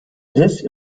this